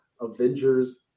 Avengers